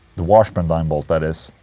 the washburn dimebolt that is,